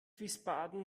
wiesbaden